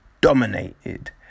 Dominated